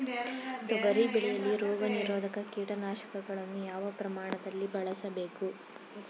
ತೊಗರಿ ಬೆಳೆಯಲ್ಲಿ ರೋಗನಿರೋಧ ಕೀಟನಾಶಕಗಳನ್ನು ಯಾವ ಪ್ರಮಾಣದಲ್ಲಿ ಬಳಸಬೇಕು?